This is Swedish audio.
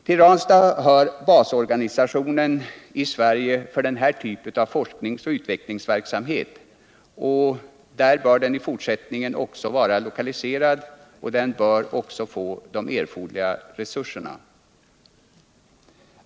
Till Ranstad bör basorgunisationen i Sverige för denna typ av forsknings och utvecklingsverksamhet i fortsättningen vara lokaliserad, och man måste också där få erforderliga resurser.